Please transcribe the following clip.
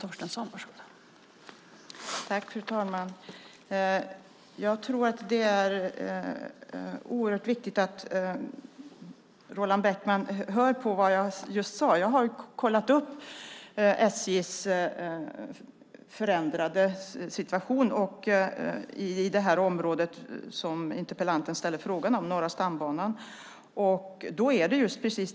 Fru talman! Det är oerhört viktigt att Roland Bäckman lyssnar på vad jag säger. Jag har ju kollat upp SJ:s förändrade situation i det område som interpellanten ställer frågan om, nämligen Norra stambanan.